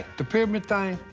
the pyramid thing,